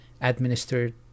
administered